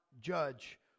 judge